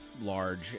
large